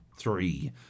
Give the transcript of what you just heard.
three